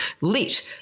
lit